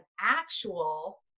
actual